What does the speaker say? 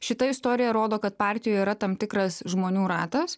šita istorija rodo kad partijoj yra tam tikras žmonių ratas